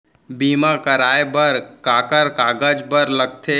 बीमा कराय बर काखर कागज बर लगथे?